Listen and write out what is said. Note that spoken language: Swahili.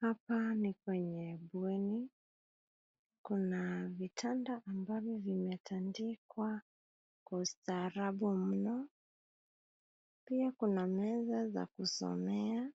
Hapa ni kwenye bweni. Kuna vitanda ambavyo vimetandikwa kwa ustaarabu mno. Pia kuna meza za kusomea.